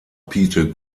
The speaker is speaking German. peter